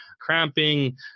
cramping